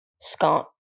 Scott